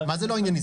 מה זה לא ענייני?